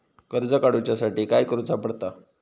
कर्ज काडूच्या साठी काय करुचा पडता?